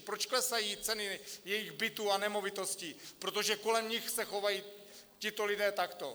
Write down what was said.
Proč klesají ceny jejich bytů a nemovitostí, protože kolem nich se chovají tito lidé takto?